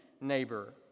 neighbor